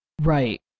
right